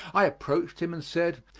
i approached him and said,